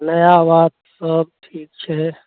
नया बात सब ठीक छै